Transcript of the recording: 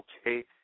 okay